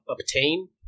obtain